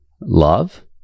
love